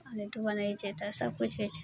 आओर नहि तऽ बन्हय छै तऽ सभकिछु हइ छै